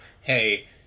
Hey